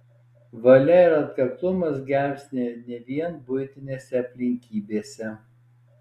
valia ir atkaklumas gelbsti ne vien buitinėse aplinkybėse